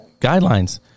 guidelines